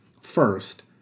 First